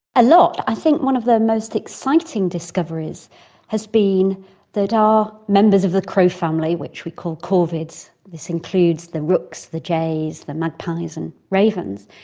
a lot. i think one of the most exciting discoveries has been that our members of the crow family, which we call corvids, this includes the rooks, the jays, the magpies and ravens,